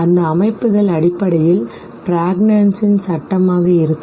அந்த அமைப்புகள் அடிப்படையில் ப்ரக்னான்ஸின் சட்டமாகlaw of Prägnanz இருக்கும்